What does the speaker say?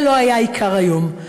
זה לא היה עיקר היום.